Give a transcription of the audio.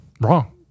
wrong